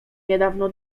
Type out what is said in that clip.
niedawno